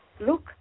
look